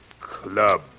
club